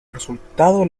resultado